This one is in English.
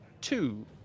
two